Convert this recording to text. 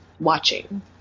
watching